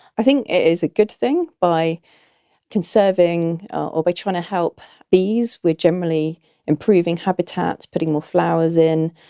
i think it is a good thing. by conserving or by trying to help bees, we're generally improving habitat, putting more flowers in,